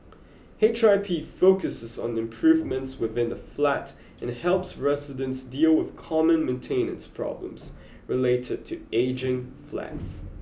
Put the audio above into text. H I P focuses on improvements within the flat and helps residents deal with common maintenance problems related to ageing flats